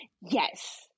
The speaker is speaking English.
yes